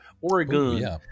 Oregon